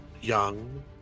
young